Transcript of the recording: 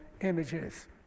images